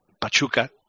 Pachuca